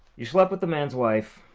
you slept with the man's wife.